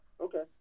Okay